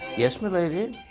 yes, m'lady.